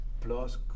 plus